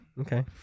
Okay